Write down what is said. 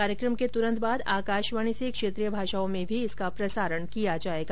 कार्यक्रम के तुरंत बाद आकाशवाणी से क्षेत्रीय भाषाओं में भी इसका प्रसारण किया जायेगा